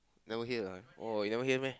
never hear ah oh you never hear meh